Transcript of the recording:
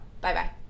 bye-bye